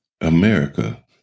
America